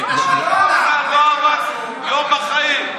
לא עבד יום בחיים.